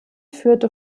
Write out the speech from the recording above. führte